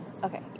Okay